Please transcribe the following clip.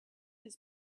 his